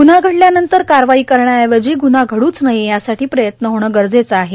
गुन्हा घडल्यानंतर कारवाई करण्याऐवजी गुन्हा घडूच नये यासाठी प्रयत्न होणे गरजेचं आहे